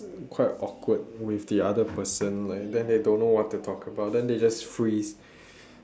quite awkward with the other person like then they don't know what to talk about and they just freeze